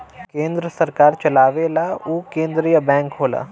केन्द्र सरकार चलावेला उ केन्द्रिय बैंक होला